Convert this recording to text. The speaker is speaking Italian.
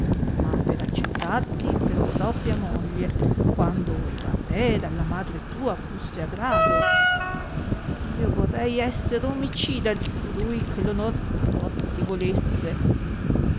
ma per accettarti per propria moglie quando ed a te ed alla madre tua fusse a grado ed io vorrei esser omicida di colui che onor tor ti volesse